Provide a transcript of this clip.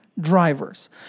drivers